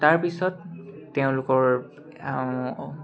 তাৰপিছত তেওঁলোকৰ